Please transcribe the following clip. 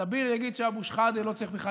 ואז אביר יגיד שאבו שחאדה לא צריך בכלל